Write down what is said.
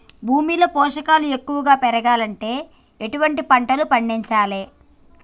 భూమిలో పోషకాలు ఎక్కువగా పెరగాలంటే ఎటువంటి పంటలు పండించాలే?